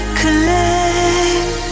collect